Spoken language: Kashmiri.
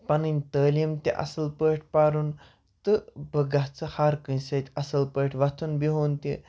پَنٕنۍ تعلیٖم تہِ اَصٕل پٲٹھۍ پَرُن تہٕ بہٕ گژھٕ ہَر کٲنٛسہِ سۭتۍ اَصٕل پٲٹھۍ وۄتھُن بِہُن تہِ